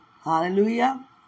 Hallelujah